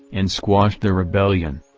and squashed the rebellion.